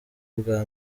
bwa